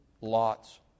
Lot's